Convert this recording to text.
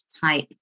type